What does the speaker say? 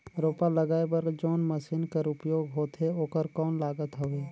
रोपा लगाय बर जोन मशीन कर उपयोग होथे ओकर कौन लागत हवय?